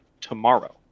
tomorrow